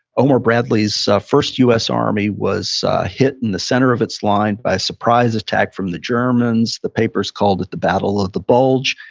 omar bradley's first u s. army was hit in the center of its line by a surprise attack from the germans. the papers called it the battle of the bulge,